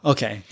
Okay